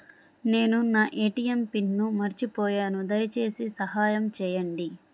నేను నా ATM PIN మర్చిపోయాను దయచేసి సహాయం చేయండి